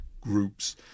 groups